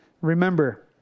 remember